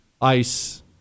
ice